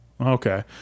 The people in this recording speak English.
okay